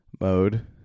mode